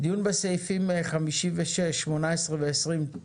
דיון בסעיפים 56, 18 ו-20,